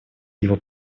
его